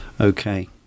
Okay